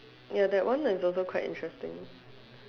ya that one is also quite interesting